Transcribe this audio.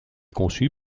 conçu